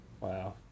Wow